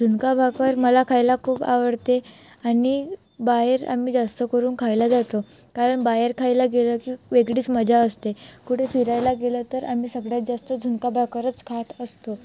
झुणका भाकर मला खायला खूप आवडते आणि बाहेर आम्ही जास्त करून खायला जातो कारण बाहेर खायला गेलं की वेगळीच मजा असते कुठे फिरायला गेलं तर आम्ही सगळ्यात जास्त झुणका भाकरच खात असतो